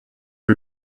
que